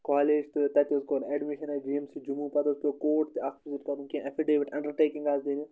college تہٕ تَتہِ حظ کوٚر اٮ۪ڈمِشَن اَتہِ جی اٮ۪م سی جموں پَتہٕ حظ پیوٚو کوٹ تہِ اَکھ وِزِٹ کَرُن کیٚںٛہہ اٮ۪فِڈیوِٹ انٛڈَرٹیکِنٛگ حظ